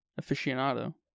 aficionado